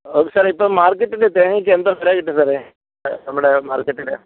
സാറെ ഇപ്പം മാർക്കറ്റിൽ തേങ്ങയ്ക്ക് എന്തോ വില കിട്ടും സാറെ നമ്മുടെ മാർക്കറ്റിൽ